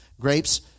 Grapes